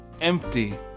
empty